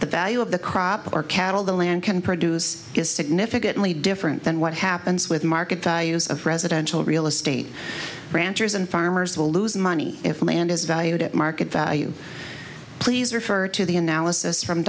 the value of the crop or cattle the land can produce is significantly different than what happens with market values of residential real estate ranchers and farmers will lose money if land is valued at market value please refer to the analysis from